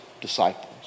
disciples